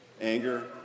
Anger